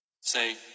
Say